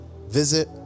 visit